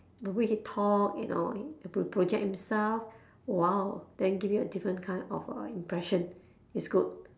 the way he talk you know pro~ project himself !wow! then give you a different kind of uh impression is good